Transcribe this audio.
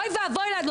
אוי ואבוי לנו.